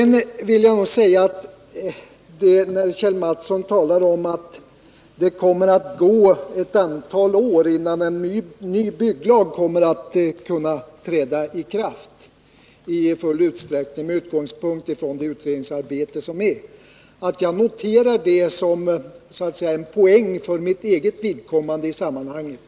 När Kjell Mattsson talar om att det kommer att gå ett antal år innan någon ny bygglag kommer att kunna träda i kraft i full utsträckning med utgångspunkt i det utredningsarbete som pågår, vill jag säga att jag för mitt eget vidkommande noterar det som en poäng i sammanhanget.